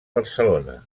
barcelona